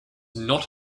not